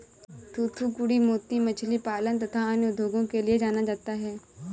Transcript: थूथूकुड़ी मोती मछली पालन तथा अन्य उद्योगों के लिए जाना जाता है